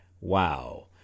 Wow